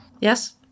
Yes